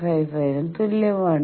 55 ന് തുല്യമാണ്